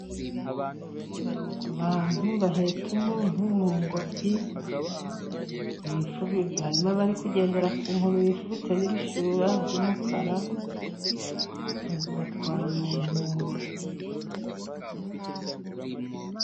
Abantu bahetse umuntu mu ngobyi, harimo abari kugendera ku nkoni bifubitse n'ibishura by'umukara, batwaye umuntu mu ngobyi.